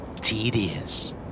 Tedious